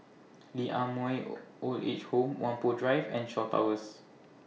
Lee Ah Mooi Old Age Home Whampoa Drive and Shaw Towers